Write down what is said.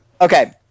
Okay